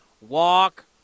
walk